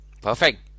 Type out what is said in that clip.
Perfect